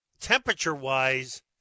temperature-wise